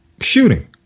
shooting